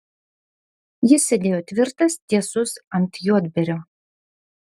jis sėdėjo tvirtas tiesus ant juodbėrio